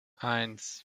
eins